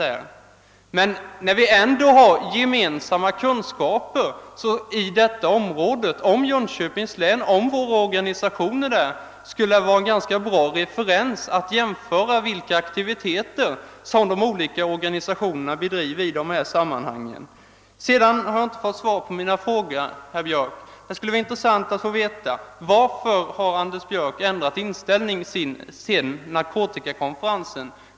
Eftersom vi emellertid har gemensamma kunskaper om våra organisationer i Jönköpings län, skulle det vara en ganska bra referens att jämföra vilka aktiviteter som de olika organisationerna bedriver i dessa sammanhang. Jag har inte fått något svar på min fråga: Varför har Anders Björck ändrat inställning sedan narkotikakonferensen?